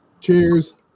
Cheers